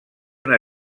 una